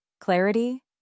Clarity